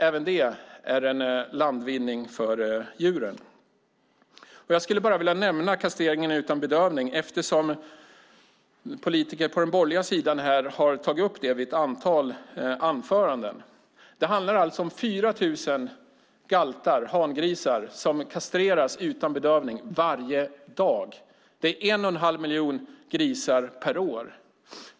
Även det är en landvinning för djuren. Jag skulle bara vilja nämna kastreringen utan bedövning, eftersom politiker på den borgerliga sidan har tagit upp det i ett antal anföranden. Det handlar alltså om 4 000 galtar - hangrisar - som kastreras utan bedövning varje dag. Det är 1 1⁄2 miljon grisar per år.